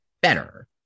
better